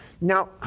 Now